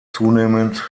zunehmend